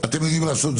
אני לא חושב שזה